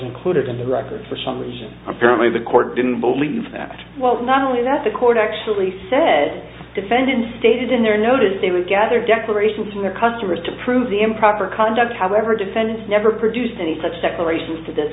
include in the record for some reason apparently the court didn't believe that well not only that the court actually said defendants stated in their notice they would gather declarations to their customers to prove the improper conduct however defendant never produced any such declarations to this